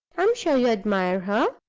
i'm sure you admire her?